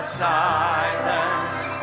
silence